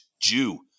Jew